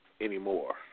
anymore